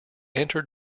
entered